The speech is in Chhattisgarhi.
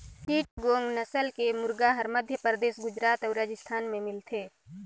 चिटगोंग नसल के मुरगा हर मध्यपरदेस, गुजरात अउ राजिस्थान में मिलथे